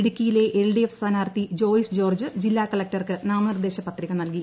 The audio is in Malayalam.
ഇടുക്കിയിലെ എൽ ഡി എഫ് സ്ഥാനാർത്ഥി ജോയ്സ് ജോർജ്ജ് ജില്ലാകളക്ടർക്ക് നാമനിർദ്ദേശ പത്രിക നൽകി